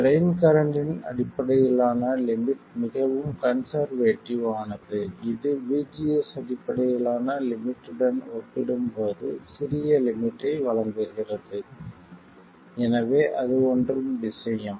drain கரண்ட்டின் அடிப்படையிலான limit மிகவும் கன்செர்வேட்டிவ் ஆனது இது VGS அடிப்படையிலான லிமிட்டுடன் ஒப்பிடும்போது சிறிய லிமிட்டை வழங்குகிறது எனவே அது ஒன்று விஷயம்